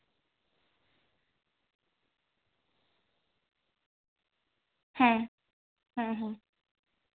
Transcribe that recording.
ᱦᱮᱸ ᱦᱮᱸ ᱦᱮᱸ